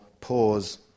pause